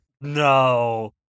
No